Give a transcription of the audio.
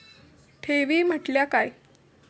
ठेवी म्हटल्या काय?